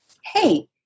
hey